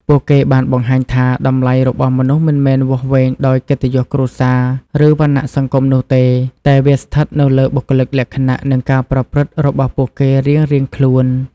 ពួកគេបានបង្ហាញថា តម្លៃរបស់មនុស្សមិនមែនវាស់វែងដោយកិត្តិយសគ្រួសារ ឬវណ្ណៈសង្គមនោះទេ តែវាស្ថិតនៅលើបុគ្គលិកលក្ខណៈ និងការប្រព្រឹត្តរបស់ពួកគេរៀងៗខ្លួន។